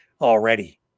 already